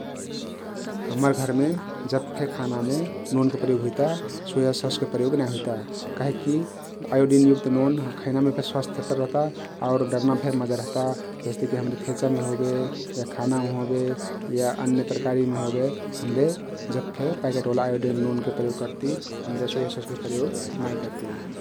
हम्मर घरमे जब फे खानामे नोनके प्रयोग हुइता । सोया सस के प्रयोग नाई हुइता काहिकी आयोडिन युक्त नोन खैनामे फे स्वस्थकर रहता आउर डर्नामे फे महा रहता । जस्ते कि हम्रे थेचामे होबे या खानमे होबे या अन्य तरकारी मे होबे हम्रे जब फे पाकेट ओला आयोडिन नोनके प्रयोग करती । हम्रे सोया ससके प्रयोग नाई करती ।